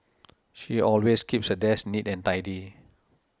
she always keeps her desk neat and tidy